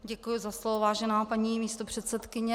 Děkuji za slovo, vážená paní místopředsedkyně.